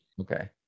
Okay